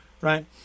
right